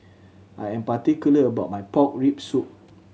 I am particular about my pork rib soup